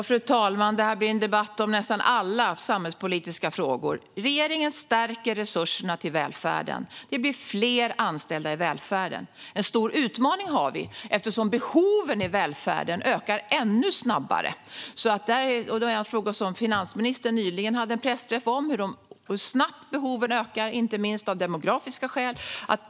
Fru talman! Det här blir en debatt om nästan alla samhällspolitiska frågor. Regeringen stärker resurserna till välfärden. Det blir fler anställda i välfärden. Vi har en stor utmaning eftersom behoven i välfärden ökar ännu snabbare. Det var en av de frågor som finansministern nyligen hade en pressträff om. Det handlar om hur snabbt behoven ökar inte minst av demografiska skäl.